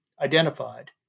identified